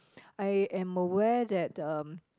I am aware that um